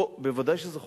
בוודאי שזו חובתי,